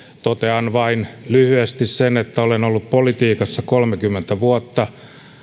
totean vain lyhyesti sen että olen ollut politiikassa kolmekymmentä vuotta